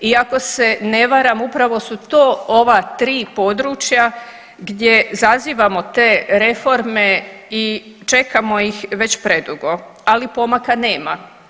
I ako se ne varam upravo su to ova tri područja gdje zazivamo te reforme i čekamo ih već predugo, ali pomaka nema.